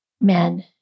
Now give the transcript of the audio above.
men